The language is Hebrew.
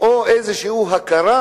או איזו הכרה,